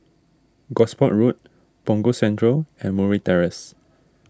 Gosport Road Punggol Central and Murray Terrace